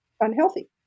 unhealthy